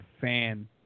fan